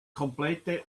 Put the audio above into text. komplette